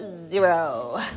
zero